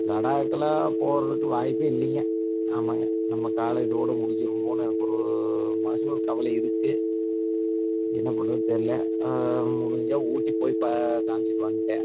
லடாக்லாம் போகிறதுக்கு வாய்ப்பே இல்லைங்க ஆமாங்க நம்ம காலம் இதோட முடிஞ்சிடுமோன்னு எனக்கு ஒரு மனசில் ஒரு கவலை இருக்குத் என்ன பண்ணுறதுன்னு தெரில முடிஞ்சால் ஊட்டி போய் ப காமிச்சுட்டு வந்துட்டேன்